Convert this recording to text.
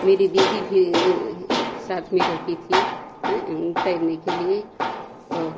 मेरी दीदी भी साथ में रहती थी तैरने के लिए औ